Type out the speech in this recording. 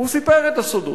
הוא סיפר את הסודות,